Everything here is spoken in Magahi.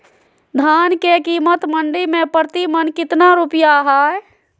धान के कीमत मंडी में प्रति मन कितना रुपया हाय?